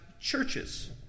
churches